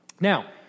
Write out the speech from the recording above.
Now